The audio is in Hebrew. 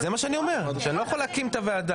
זה מה שאני אומר, שאני לא יכול להקים את הוועדה.